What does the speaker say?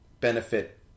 benefit